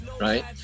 right